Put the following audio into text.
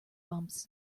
bumps